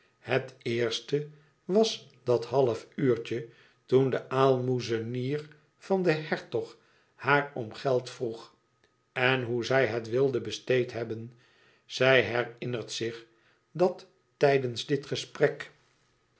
het eerste was dat half uurtje toen de aalmoezenier van den hertog haar om geld vroeg en hoe zij het wilde besteed hebben zij herinnert zich dat tijdens dit gesprek